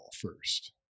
first